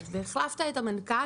מחליפים את המנכ"ל,